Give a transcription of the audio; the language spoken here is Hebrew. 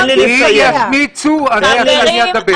אם ישמיצו אני אדבר.